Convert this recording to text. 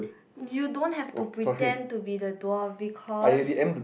you don't have to pretend to be the dwarf because